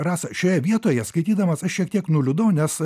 rasa šioje vietoje skaitydamas aš šiek tiek nuliūdau nes